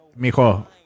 mijo